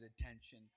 attention